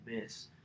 Miss